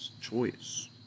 choice